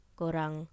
korang